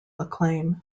acclaim